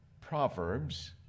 Proverbs